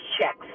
checks